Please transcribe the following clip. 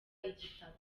igitabo